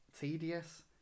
tedious